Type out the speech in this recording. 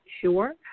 sure